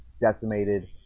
decimated